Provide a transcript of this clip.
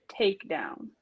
takedown